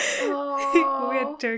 Weird